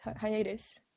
hiatus